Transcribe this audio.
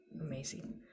Amazing